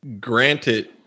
granted